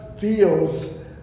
feels